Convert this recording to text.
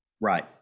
Right